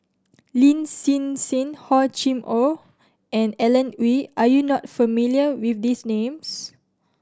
Lin Hsin Hsin Hor Chim Or and Alan Oei are you not familiar with these names